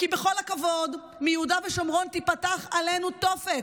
כי בכל הכבוד, מיהודה ושומרון תיפתח עלינו תופת,